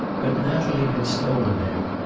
but natalie had stolen him.